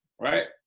right